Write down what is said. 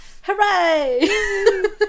hooray